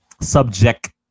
subject